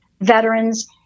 veterans